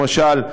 למשל,